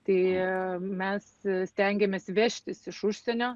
tai mes stengiamės vežtis iš užsienio